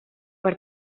per